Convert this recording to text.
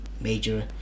major